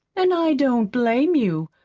and i don't blame you.